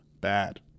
bad